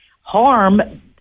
harm